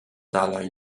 dalai